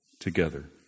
together